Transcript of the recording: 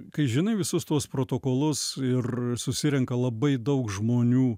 kai žinai visus tuos protokolus ir susirenka labai daug žmonių